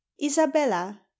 Isabella